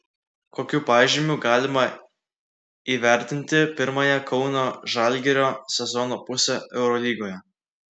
kokiu pažymiu galima įvertinti pirmąją kauno žalgirio sezono pusę eurolygoje